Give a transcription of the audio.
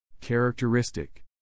Characteristic